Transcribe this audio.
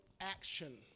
action